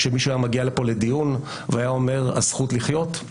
כשמישהו היה מגיע לכאן לדיון והיה אומר הזכות לחיות.